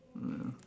mm ya